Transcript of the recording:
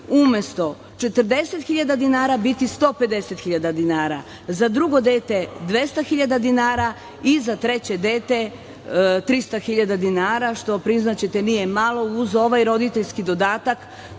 umesto 40.000 dinara biti 150.000 dinara, za drugo dete 200.000 dinara i za treće dete 300.000 dinara, što priznaćete nije malo uz ovaj roditeljski dodatak